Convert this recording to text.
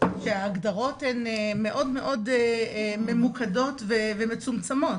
שההגדרות הן מאוד ממוקדות ומצומצמות.